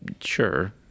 Sure